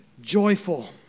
joyful